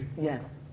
Yes